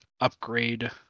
upgrade